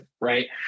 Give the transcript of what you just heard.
right